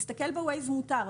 להתסכל בוויז מותר.